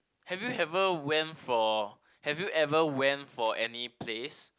have you ever went for have you ever went for any place